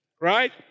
Right